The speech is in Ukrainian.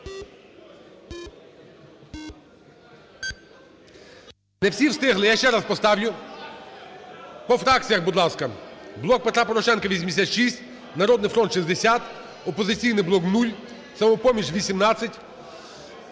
Не всі встигли, я ще раз поставлю. По фракціях, будь ласка: "Блок Петра Порошенка" – 86, "Народний фронт" – 60, "Опозиційний блок" – 0, "Самопоміч"